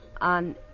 on